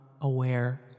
aware